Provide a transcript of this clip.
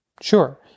Sure